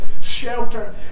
shelter